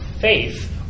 faith